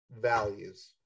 values